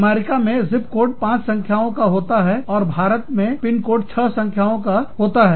America में zip code पांच संख्याओं का होता है और भारत में पिनकोड छह संख्याओं की होती है